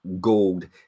gold